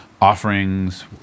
offerings